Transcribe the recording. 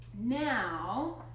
Now